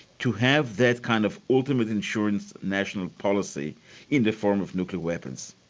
to have that kind of ultimate insurance national policy in the form of nuclear weapons.